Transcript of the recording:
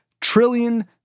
trillion